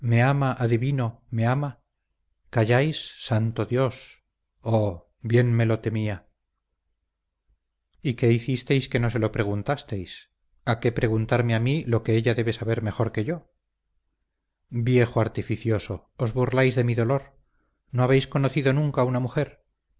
me ama adivino me ama calláis santo dios oh bien me lo temía y qué hicisteis que no se lo preguntasteis a qué preguntarme a mí lo que ella debe saber mejor que yo viejo artificioso os burláis de mi dolor no habéis conocido nunca una mujer